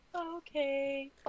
Okay